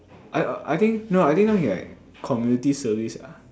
I I think no I think now he like community service ah